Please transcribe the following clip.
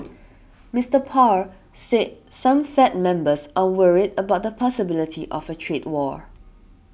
Mister Powell said some Fed members are worried about the possibility of a trade war